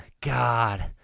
God